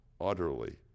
utterly